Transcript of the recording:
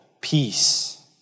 peace